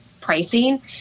pricing